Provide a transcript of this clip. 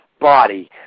body